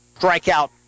strikeout